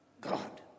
God